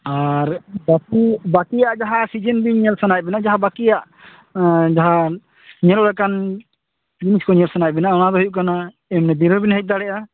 ᱟᱨ ᱵᱟᱹᱠᱤ ᱵᱟᱹᱠᱤᱭᱟᱜ ᱡᱟᱦᱟᱸ ᱥᱤᱡᱮᱱ ᱵᱮᱱ ᱧᱮᱞ ᱥᱟᱱᱟᱭᱮᱫ ᱵᱮᱱᱟ ᱡᱟᱦᱟᱸ ᱵᱟᱹᱠᱤᱭᱟᱜ ᱡᱟᱦᱟᱸ ᱧᱮᱞ ᱞᱮᱠᱟᱱ ᱡᱤᱱᱤᱥ ᱠᱚ ᱧᱮᱞ ᱥᱟᱱᱟᱭᱮᱫ ᱵᱮᱱᱟ ᱚᱱᱟᱫᱚ ᱦᱩᱭᱩᱜ ᱠᱟᱱᱟ ᱮᱢᱱᱤ ᱫᱤᱱ ᱨᱮᱦᱚᱸ ᱵᱮᱱ ᱦᱮᱡ ᱫᱟᱲᱮᱭᱟᱜᱼᱟ